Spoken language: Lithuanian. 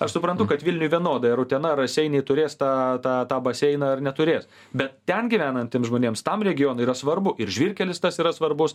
aš suprantu kad vilniui vienodai ar utena raseiniai turės tą tą tą baseiną ar neturės bet ten gyvenantiems žmonėms tam regionui yra svarbu ir žvyrkelis tas yra svarbus